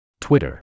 Twitter